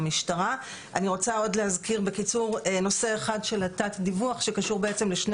אני רוצה גם להזכיר בקיצור את הנושא של התת-דיווח שקשור לשני